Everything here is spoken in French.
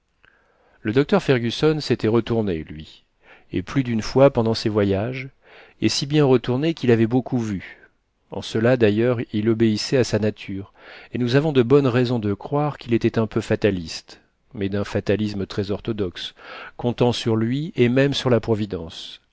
le docteur fergusson s'était retourné lui et plus d'une fois pendant ses voyages et si bien retourné qu'il avait beaucoup vu en cela d'ailleurs il obéissait à sa nature et nous avons de bonnes raisons de croire qu'il était un peu fataliste mais d'un fatalisme très orthodoxe comptant sur lui et même sur la providence